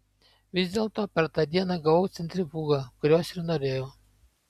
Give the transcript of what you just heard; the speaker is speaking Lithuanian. vis dėlto per tą dieną gavau centrifugą kurios ir norėjau